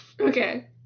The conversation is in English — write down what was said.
Okay